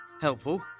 Helpful